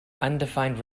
undefined